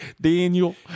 Daniel